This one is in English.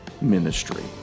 ministry